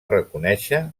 reconèixer